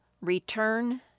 return